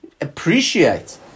appreciate